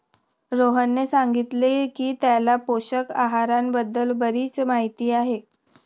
रोहनने सांगितले की त्याला पोषक आहाराबद्दल बरीच माहिती आहे